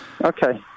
Okay